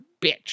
bitch